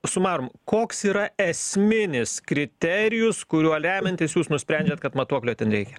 sumarum koks yra esminis kriterijus kuriuo remiantis jūs nusprendžiat kad matuoklio ten reikia